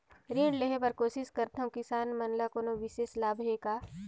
ऋण लेहे बर कोशिश करथवं, किसान मन ल कोनो विशेष लाभ हे का?